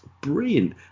brilliant